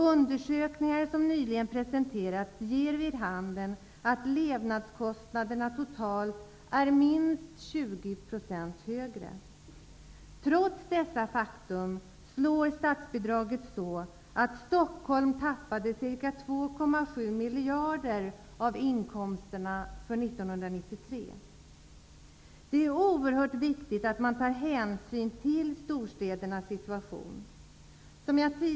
Undersökningar som nyligen presenterades ger vid handen att de totala levnadskostnaderna är minst 20 % högre. Trots dessa fakta slår statsbidraget så att Stockholm tappade ca 2,7 miljarder kronor i inkomster för 1993. Det är oerhört viktigt att ta hänsyn till storstädernas situation.